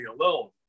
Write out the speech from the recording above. alone